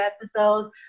episode